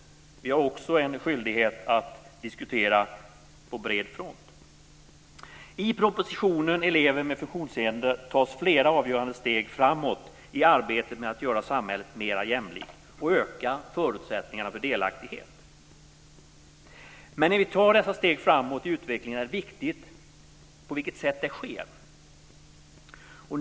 Vi har också en skyldighet att diskutera på bred front. I propositionen Elever med funktionshinder - ansvar för utbildning och stöd tas flera avgörande steg framåt i arbetet med att göra samhället mera jämlikt och öka förutsättningarna för delaktighet. Men när vi tar dessa steg framåt i utvecklingen är det viktigt på vilket sätt det sker.